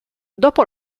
dopo